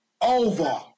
over